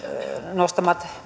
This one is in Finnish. nostama